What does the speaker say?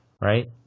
right